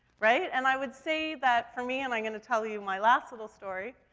right? and i would say that for me, and i'm gonna tell you my last little story,